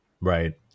Right